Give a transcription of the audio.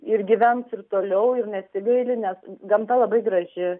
ir gyvens ir toliau ir nesigaili nes gamta labai graži